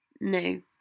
No